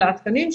אלא התקנים,